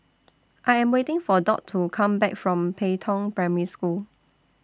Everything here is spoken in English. I Am waiting For Dot to Come Back from Pei Tong Primary School